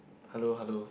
hello hello